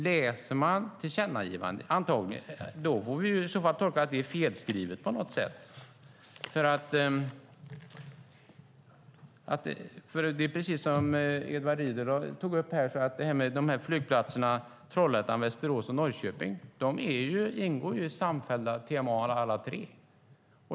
Då får vi tolka tillkännagivandet som att det är felskrivet. Precis som Edward Riedl tog upp ingår alla de tre flygplatserna i Trollhättan, Västerås och Norrköping i samfällda TMA.